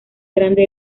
grande